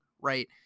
right